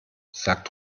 sagt